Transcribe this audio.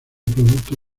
producto